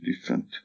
different